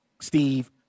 Steve